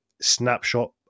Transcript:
snapshot